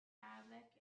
havoc